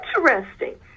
interesting